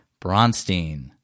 Bronstein